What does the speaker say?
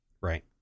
right